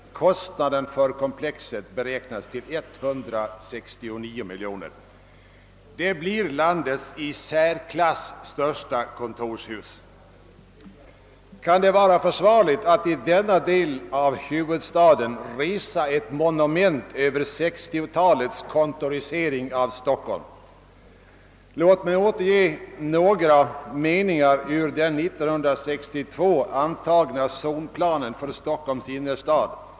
Kostnaden för komplexet beräknas till 169 miljoner kronor. Det blir landets i särklass största kontorshus. Kan det vara försvarligt att i denna del av huvudstaden resa ett monument över 1960-talets kontorisering av Stockholm? Låt mig återge några meningar ur den år 1962 antagna zonplanen för Stockholms innerstad.